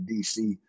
DC